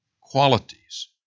qualities